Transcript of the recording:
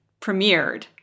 premiered